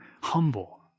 humble